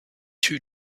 two